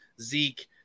zeke